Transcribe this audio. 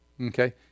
Okay